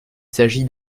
s’agit